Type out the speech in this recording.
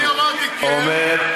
אני אמרתי: כן,